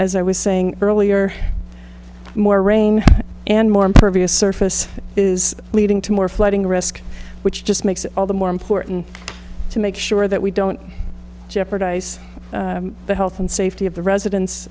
as i was saying earlier more rain and more impervious surface is leading to more flooding risk which just makes it all the more important to make sure that we don't jeopardize the health and safety of the residents